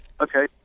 okay